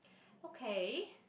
okay